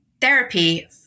therapy